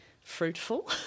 fruitful